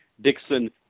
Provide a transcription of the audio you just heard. Dixon